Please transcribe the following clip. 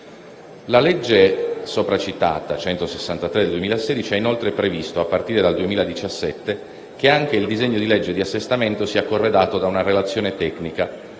La legge sopra citata, la n. 163 del 2016, ha inoltre previsto, a partire dal 2017, che anche il disegno di legge di assestamento sia corredato da una relazione tecnica,